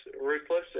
ruthless